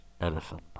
Edison